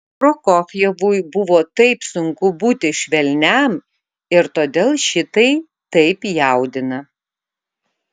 prokofjevui buvo taip sunku būti švelniam ir todėl šitai taip jaudina